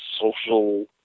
social